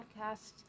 podcast